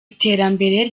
iterambere